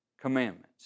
commandments